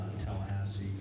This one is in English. Tallahassee